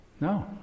No